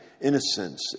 innocence